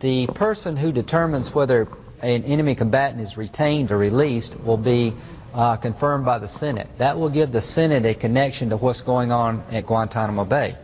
the person who determines whether an enemy combatant is retained or released will be confirmed by the senate that will give the senate a connection to what's going on at guantanamo bay